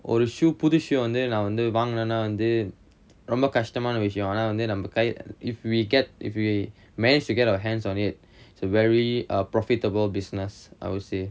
ஒரு:oru shoe புது:puthu shoe வந்து நா வந்து வாங்குனேனா வந்து ரொம்ப கஷ்டமான விஷயம் ஆனா வந்து நம்ம கை:vanthu naa vanthu vaangunaenaa vanthu romba kashtamaana vishayam aanaa vanthu namma kai if we get if we managed to get our hands on it a very a profitable business I would say